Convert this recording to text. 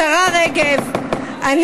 השרה רגב,